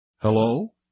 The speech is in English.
Hello